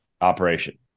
operation